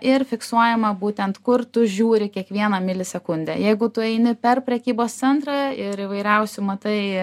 ir fiksuojama būtent kur tu žiūri kiekvieną milisekundę jeigu tu eini per prekybos centrą ir įvairiausių matai